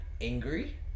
angry